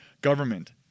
government